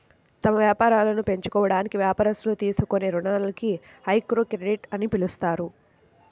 తమ వ్యాపారాలను పెంచుకోవడానికి వ్యాపారస్తులు తీసుకునే రుణాలని మైక్రోక్రెడిట్ అని పిలుస్తారు